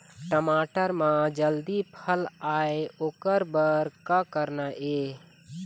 टमाटर म जल्दी फल आय ओकर बर का करना ये?